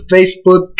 Facebook